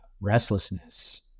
restlessness